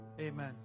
amen